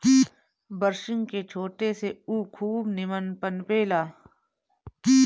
बरसिंग के छाटे से उ खूब निमन पनपे ला